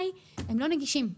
הם לא נגישים.